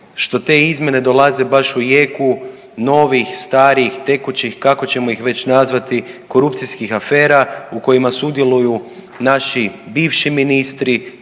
što te izmjene dolaze baš u jeku novih, starih, tekućih kako ćemo ih već nazvati korupcijskih afera u kojima sudjeluju naši bivši ministri,